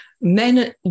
Men